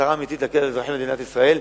במטרה אמיתית להקל על אזרחי מדינת ישראל.